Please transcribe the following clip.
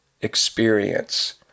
experience